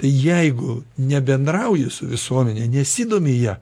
jeigu nebendrauji su visuomene nesidomi ja